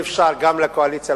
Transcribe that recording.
אי-אפשר גם לקואליציה,